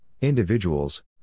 individuals